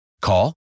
Call